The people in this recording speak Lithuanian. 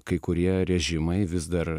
kai kurie režimai vis dar